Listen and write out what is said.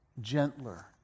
gentler